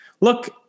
Look